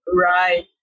right